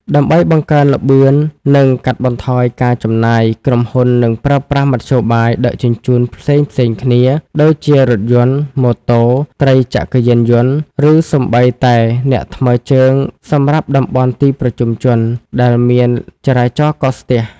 ដើម្បីបង្កើនល្បឿន និងកាត់បន្ថយការចំណាយ ក្រុមហ៊ុននឹងប្រើប្រាស់មធ្យោបាយដឹកជញ្ជូនផ្សេងៗគ្នា ដូចជារថយន្ត ម៉ូតូ ត្រីចក្រយានយន្ត ឬសូម្បីតែអ្នកថ្មើរជើងសម្រាប់តំបន់ទីប្រជុំជនដែលមានចរាចរណ៍កកស្ទះ។